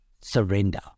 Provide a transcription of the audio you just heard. surrender